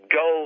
go